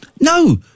No